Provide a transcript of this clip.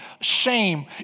shame